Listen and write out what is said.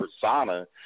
persona